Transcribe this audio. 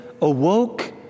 awoke